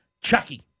Chucky